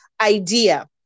idea